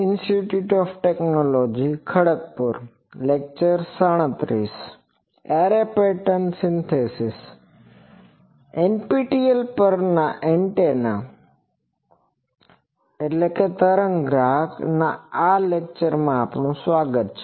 NPTEL પરના એન્ટેનાantennaતરંગગ્રાહકના આ લેકચરમાં આપણું સ્વાગત છે